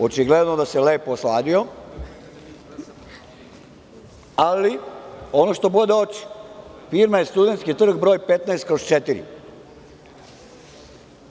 Očigledno da se lepo osladio, ali ono što bode oči, firma je Studentski trg broj 15/4.